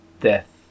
death